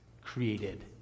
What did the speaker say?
created